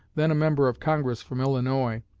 then a member of congress from illinois,